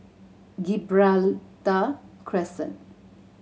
Gibraltar Crescent